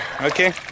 okay